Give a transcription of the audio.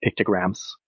pictograms